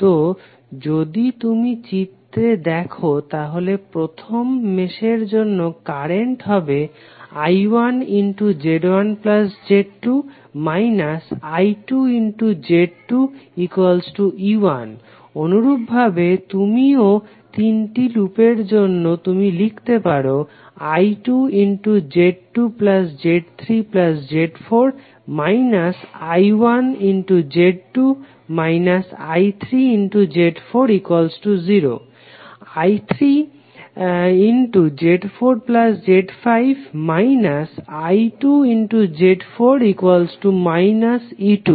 তো যদি তুমি চিত্রে দেখো তাহলে প্রথম মেশের জন্য কারেন্ট হবে I1Z1Z2 I2Z2E1 অনুরূপভাবে দুই ও তিন লুপের জন্য তুমি লিখতে পারো I2Z2Z3Z4 I1Z2 I3Z40 I3Z4Z5 I2Z4 E2